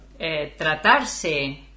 tratarse